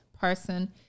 person